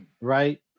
right